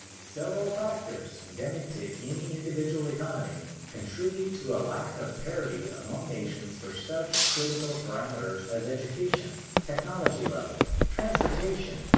several factors endemic to any individual economy contribute to a lack of parity among nations for such critical parameters as education, technology level, transportation,